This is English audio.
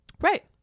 Right